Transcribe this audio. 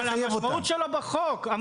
זאת המשמעות שלו בחוק.